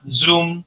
zoom